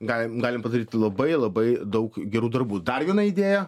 galim galim padaryti labai labai daug gerų darbų dar viena idėją